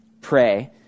pray